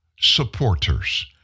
supporters